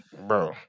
bro